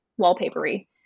wallpapery